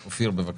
אופיר, בבקשה.